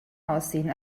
aussehen